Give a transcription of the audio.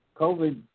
COVID